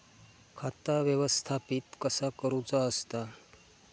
खाता व्यवस्थापित कसा करुचा असता?